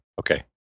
Okay